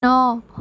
نو